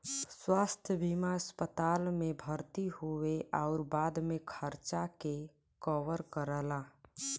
स्वास्थ्य बीमा अस्पताल में भर्ती होये आउर बाद के खर्चा के कवर करला